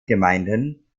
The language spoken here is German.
gemeinden